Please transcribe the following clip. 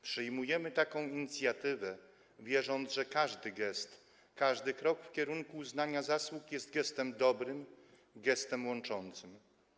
Przyjmujemy taką inicjatywę, wierząc, że każdy gest, każdy krok w kierunku uznania zasług jest gestem dobrym, gestem łączącym.